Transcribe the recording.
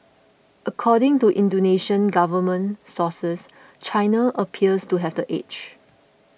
according to Indonesian government sources China appears to have the edge